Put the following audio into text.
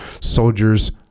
soldiers